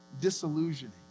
disillusioning